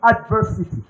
adversity